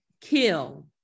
kill